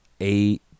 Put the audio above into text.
eight